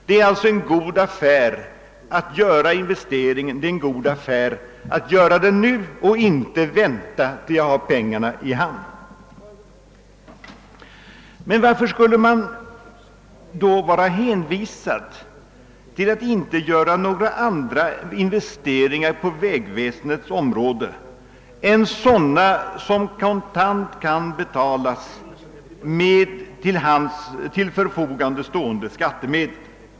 Det är alltså en god affär att göra investeringen nu och inte vänta tills man har pengarna i handen. Men varför skulle man då vara hänvisad till att inte göra några andra investeringar på vägväsendets område än sådana, som kontant kan betalas med till förfogande stående skattemedel?